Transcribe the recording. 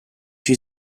she